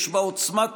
יש בה עוצמה טכנולוגית.